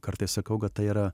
kartais sakau kad tai yra